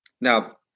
Now